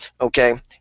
okay